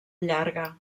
llarga